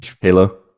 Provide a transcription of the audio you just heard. Halo